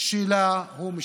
שאליה הוא משתייך.